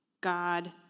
God